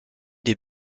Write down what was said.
des